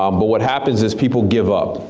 um but what happens is people give up.